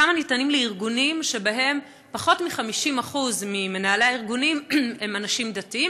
כמה ניתנים לארגונים שבהם פחות מ-50% ממנהלי הארגונים הם אנשים דתיים,